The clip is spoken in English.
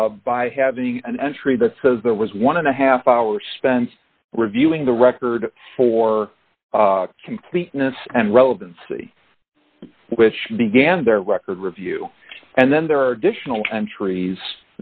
fees by having an entry that says there was one dollar and a half hours spent reviewing the record for completeness and relevancy which began their record review and then there are additional countries